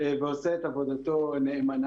ועושה את עבודתו נאמנה.